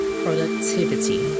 productivity